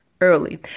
early